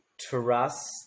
trust